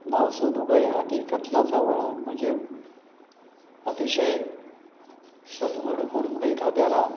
नाव सोनूबाई हाती कथलाचा वाळा म्हणजे अतिशय सद्गुण म्हणून एखाद्याला